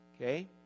Okay